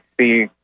see